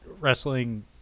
wrestling